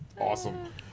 awesome